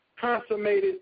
consummated